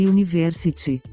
University